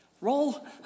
Roll